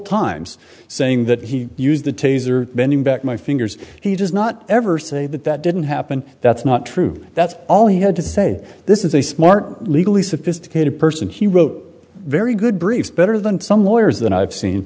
times saying that he used the taser bending back my fingers he does not ever say that that didn't happen that's not true that's all he had to say this is a smart legally sophisticated person he wrote very good briefs better than some lawyers that i've seen